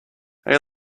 hey